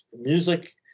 music